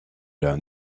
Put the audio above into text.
learn